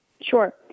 Sure